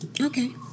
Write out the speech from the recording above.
okay